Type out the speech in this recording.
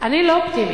אני לא אופטימית.